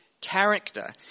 character